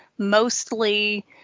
mostly